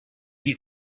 his